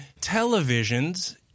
televisions